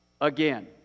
again